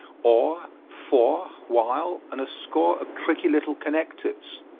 or, for, while, and a score of tricky little connectives.